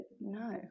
no